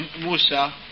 Musa